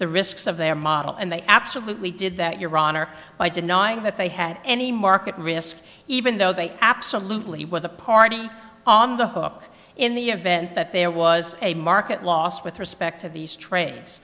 the risks of their model and they absolutely did that your honor by denying that they had any market risk even though they absolutely were the party on the hook in the event that there was a market loss with respect to these trades